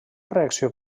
reacció